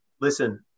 listen